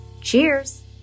Cheers